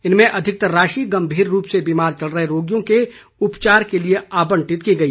इनमें अधिकतर राशि गम्मीर रूप से बीमार चल रहें रोगियों के उपचार के लिए आबंटित की गई